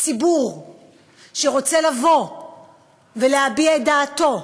ציבור שרוצה לבוא ולהביע את דעתו,